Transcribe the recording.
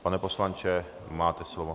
Pane poslanče, máte slovo.